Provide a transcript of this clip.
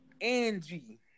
Angie